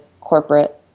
corporate